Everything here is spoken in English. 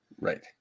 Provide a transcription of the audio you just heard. right